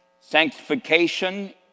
Sanctification